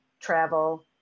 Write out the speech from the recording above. travel